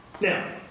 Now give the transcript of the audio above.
Now